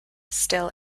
still